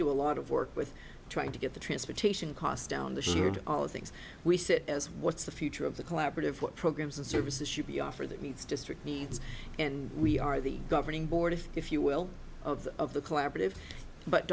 do a lot of work with trying to get the transportation costs down the shared all the things we set as what's the future of the collaborative what programs and services should be offered that meets district needs and we are the governing board if you will of of the collaborative but